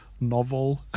novel